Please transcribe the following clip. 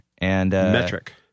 Metric